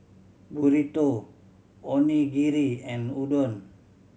Burrito Onigiri and Udon